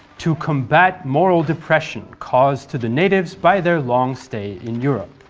to combat moral depression caused to the natives by their long stay in europe.